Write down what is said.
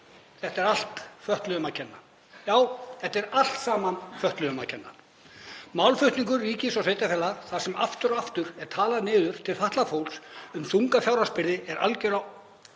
Þetta er allt fötluðum að kenna. Já, þetta er allt saman fötluðum að kenna. Málflutningur ríkis og sveitarfélaga, þar sem aftur og aftur er talað niður til fatlaðs fólks, um þunga fjárhagsbyrði er algerlega